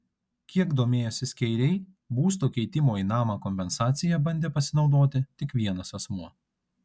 kiek domėjosi skeiriai būsto keitimo į namą kompensacija bandė pasinaudoti tik vienas asmuo